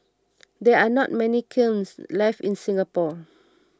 there are not many kilns left in Singapore